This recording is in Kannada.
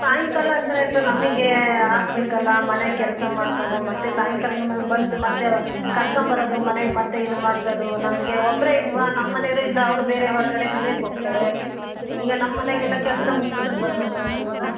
ಸಾಯಂಕಾಲ ಅಂದರೆ ಸರ್ ನಮಗೇ ಆಗಬೇಕಲ್ಲ ಮನೆ ಕೆಲಸ ಮಾಡ್ಕೊಂಡು ಮತ್ತೆ ಸಾಯಂಕಾಲ ಇವನು ಬಂದು ಮತ್ತೆ ಕರ್ಕೊಂಬರದು ಮನೆಗೆ ಮತ್ತೆ ಇದು ಮಾಡಿಸೋದು ನಮಗೆ ಒಬ್ಬರೆ ಇದ್ದೀವಾ ನಮ್ಮ ಮನೆವ್ರು ಇಲ್ಲ ಅವ್ರು ಬೇರೆ ಹೊರ್ಗಡೆ ದುಡಿಯಕ್ಕೆ ಹೋಗ್ತರೆ ಈಗ ನಮ್ಮ ಮನೆಗೆಲ್ಲ ಕೆಲಸ ಮುಗ್ಸ್ಕಂಡು ಬರ್ಬೇಕು ಸರ್ ಇವಾಗ